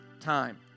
time